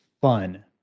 fun